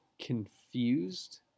confused